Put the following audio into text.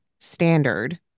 standard